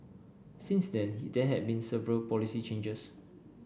since then he there had been several policy changes